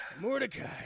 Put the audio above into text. mordecai